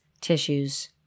tissues